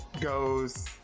goes